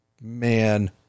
man